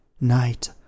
night